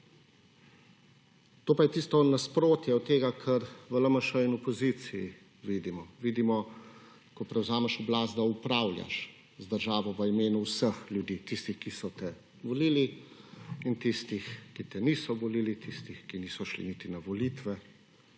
To pa je tisto nasprotje od tega kar v LMŠ in opoziciji vidimo. Vidimo ko prevzameš oblast, da opravljaš z državo v imenu vseh ljudi, tistih ki so te volili in tistih, ki te niso volili, tistih ki niso šli niti na volitve,